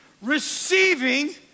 receiving